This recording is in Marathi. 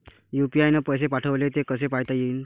यू.पी.आय न पैसे पाठवले, ते कसे पायता येते?